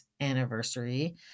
anniversary